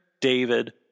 david